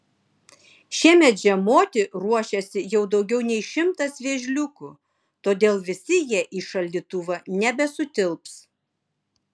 šiemet žiemoti ruošiasi jau daugiau nei šimtas vėžliukų todėl visi jie į šaldytuvą nebesutilps